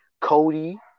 Cody